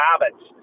habits